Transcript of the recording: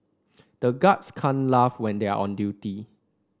the guards can't laugh when they are on duty